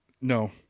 No